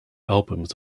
albums